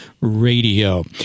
radio